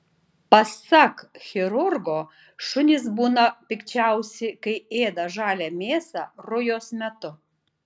pasak chirurgo šunys būna pikčiausi kai ėda žalią mėsą rujos metu